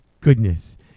goodness